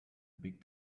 big